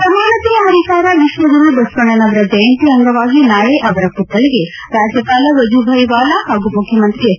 ಸಮಾನತೆಯ ಹರಿಕಾರ ವಿಶ್ವಗುರು ಬಸವಣ್ಣನವರ ಜಯಂತಿ ಅಂಗವಾಗಿ ನಾಳೆ ಅವರ ಪುತ್ತಳಿಗೆ ರಾಜ್ಙಪಾಲ ವಜುಬಾಯಿ ವಾಲಾ ಹಾಗೂ ಮುಖ್ಯಮಂತ್ರಿ ಎಚ್